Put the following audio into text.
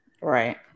right